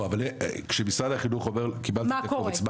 אבל כשמשרד החינוך אומר קיבלתי את הקובץ,